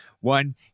one